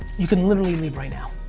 you can literally leave right now.